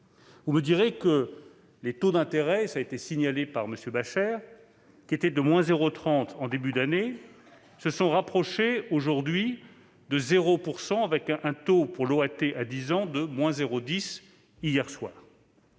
Vous me direz que les taux d'intérêt- cela a été signalé par M. Bascher -, qui étaient de-0,30 % en début d'année, se sont rapprochés aujourd'hui de 0 %, avec un taux pour l'OAT à dix ans de-0,10 % hier soir.